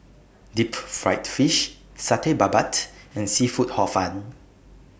Deep Fried Fish Satay Babat and Seafood Hor Fun